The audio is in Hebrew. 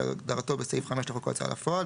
כהגדרתו בסעיף 5 לחוק ההוצאה לפועל,